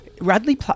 Radley